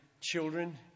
children